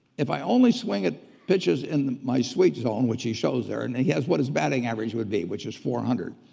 if i only swing at pitches in my sweet zone, which he shows there, and and he has what his batting average would be, which is four hundred.